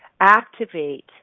activate